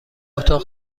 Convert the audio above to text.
اتاق